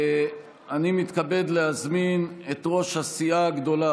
אני מתכבד להזמין את ראש הסיעה הגדולה